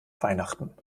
weihnachten